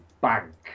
bank